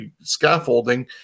scaffolding